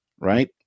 right